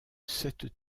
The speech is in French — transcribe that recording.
cette